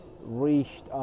reached